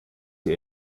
die